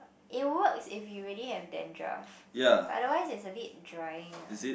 it works if you really had dandruff otherwise it's a bit drying ah